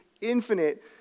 infinite